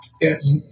Yes